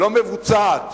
לא מבוצעת,